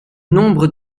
nombre